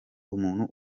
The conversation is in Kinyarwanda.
umuntu